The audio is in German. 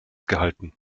gehalten